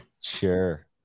Sure